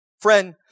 friend